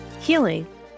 healing